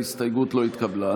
ההסתייגות לא התקבלה.